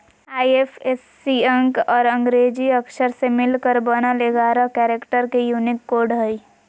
IFSC अंक और अंग्रेजी अक्षर से मिलकर बनल एगारह कैरेक्टर के यूनिक कोड हइ